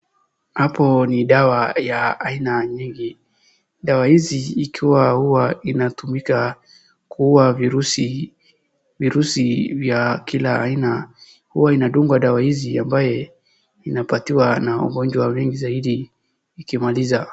Hapo ni dawa ya aina nyingi. Dawa hizi ikuwa huwa inatumika kuua virusi vya kila aina huwa inadungwa dawa hizi ambaye inapatiwa na wagonjwa wengi zaidi ikimaliza.